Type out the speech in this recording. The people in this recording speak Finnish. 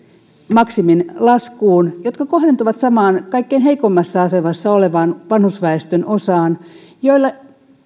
maksimin laskuun jotka kohdentuvat samaan kaikkein heikoimmassa asemassa olevaan vanhusväestön osaan jolle